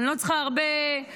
אני לא צריכה הרבה זמן,